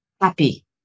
happy